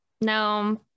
no